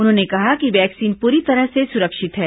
उन्होंने कहा कि वैक्सीन पूरी तरह से सुरक्षित है